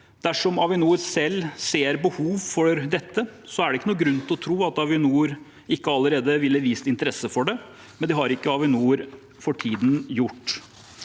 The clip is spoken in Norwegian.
Dersom Avinor selv ser behov for dette, er det ingen grunn til å tro at Avinor ikke allerede ville ha vist interesse for det, men det har ikke Avinor for tiden gjort.